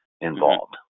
involved